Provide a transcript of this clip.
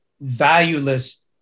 valueless